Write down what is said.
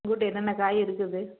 உங்கள்கிட்ட என்னென்ன காய் இருக்குது